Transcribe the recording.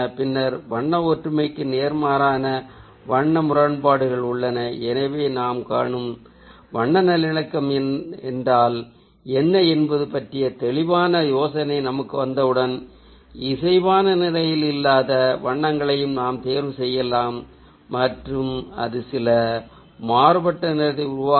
பின்னர் வண்ண ஒற்றுமைக்கு நேர்மாறான வண்ண முரண்பாடுகள் உள்ளன எனவே நாம் காணும் வண்ண நல்லிணக்கம் என்றால் என்ன என்பது பற்றிய தெளிவான யோசனை நமக்கு வந்தவுடன் இசைவான நிலையில் இல்லாத வண்ணங்களை நாம் தேர்வு செய்யலாம் மற்றும் அது சில மாறுபட்ட நிறத்தை உருவாக்கும்